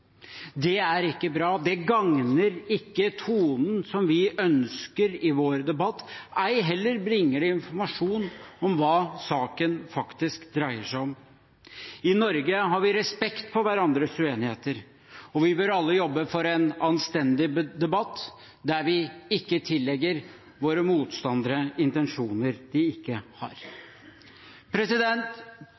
Det er ikke bra. Det gagner ikke tonen som vi ønsker i vår debatt, ei heller bringer det informasjon om hva saken faktisk dreier seg om. I Norge har vi respekt for hverandres uenigheter, og vi bør alle jobbe for en anstendig debatt der vi ikke tillegger våre motstandere intensjoner de ikke har.